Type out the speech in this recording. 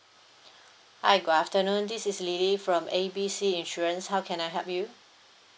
hi good afternoon this is lily from A B C insurance how can I help you